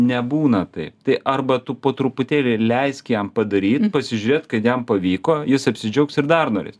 nebūna taip tai arba tu po truputėlį leisk jam padaryt pasižiūrėt kad jam pavyko jis apsidžiaugs ir dar norės